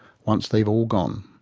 once they've all gone.